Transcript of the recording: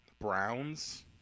Browns